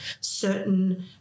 certain